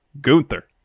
Gunther